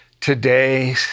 today